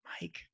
Mike